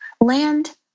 land